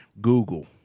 Google